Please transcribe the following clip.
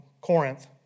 Corinth